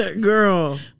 Girl